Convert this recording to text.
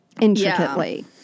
intricately